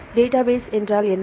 database என்றால் என்ன